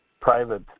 private